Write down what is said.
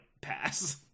pass